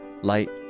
Light